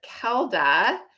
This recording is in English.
Kelda